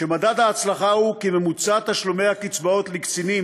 ומדד ההצלחה הוא כי ממוצע תשלומי הקצבאות לקצינים